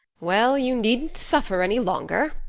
well, you needn't suffer any longer,